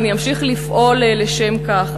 ואני אמשיך לפעול לשם כך.